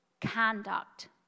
conduct